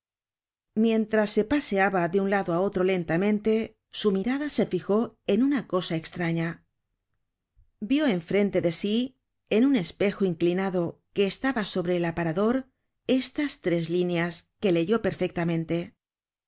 mientras se paseaba de un lado á otro lentamente su mirada se fijó en una cosa estraña vió en frente de sí en un espejo inclinado que estaba sobre el aparador estas tres líneas que leyó perfectamente